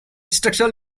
structural